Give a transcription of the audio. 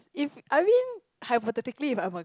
if I mean hypothetically if I'm a